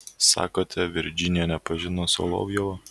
sakote virdžinija nepažino solovjovo